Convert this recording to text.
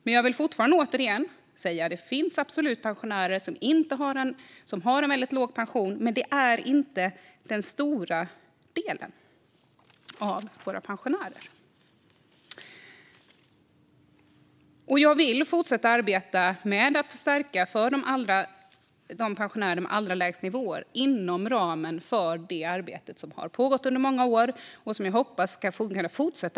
Men det finns absolut pensionärer som har en väldigt låg pension, men det är inte den stora andelen av våra pensionärer. Och jag vill fortsätta arbeta med att förbättra för de pensionärer som har allra lägst nivåer inom ramen för det arbete som har pågått under många år och som jag hoppas ska få fortsätta.